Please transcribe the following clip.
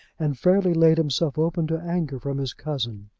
and fairly laid himself open to anger from his cousin?